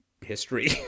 history